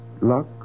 luck